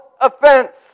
offense